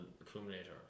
Accumulator